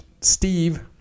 Steve